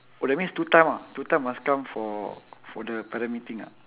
!wah! that means two time ah two time must come for for the parent meeting ah